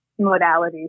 modalities